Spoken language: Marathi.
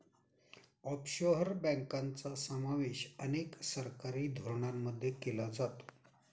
ऑफशोअर बँकांचा समावेश अनेक सरकारी धोरणांमध्ये केला जातो